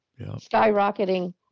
skyrocketing